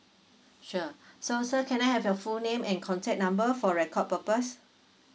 sure so sir can I have your full name and contact number for record purpose